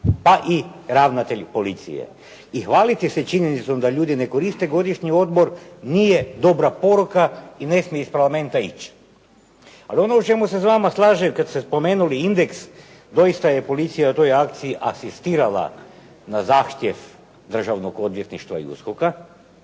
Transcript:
pa i ravnatelji policije. I hvaliti se činjenicom da ljudi ne koriste godišnji odmor nije dobra poruka i ne smije iz Parlamenta ići. Ali ono u čemu se s vama slažem kada ste spomenuli „Indeks“ doista je policija u toj akciji asistirala na zahtjev državnog odvjetništva i USKOK-a,